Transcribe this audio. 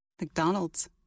McDonald's